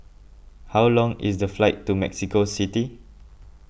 how long is the flight to Mexico City